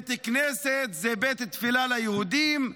בית כנסת זה בית תפילה ליהודים,